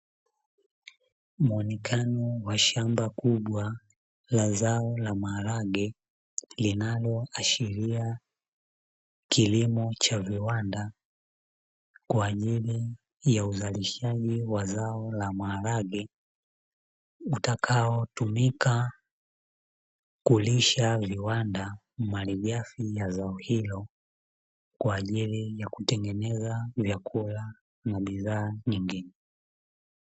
Muonekano wa shamba kubwa la zao la maharage linaloashiria kilimo cha viwanda kwa ajili ya uzalishaji wa zao la maharage, utakao tumika kulisha viwanda malighafi ya zao hilo kwa ajili ya kutengeneza vyakula na bidhaa nyingine.